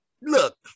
look